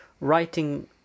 writing